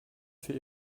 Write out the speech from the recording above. für